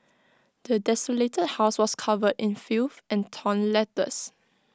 the desolated house was covered in filth and torn letters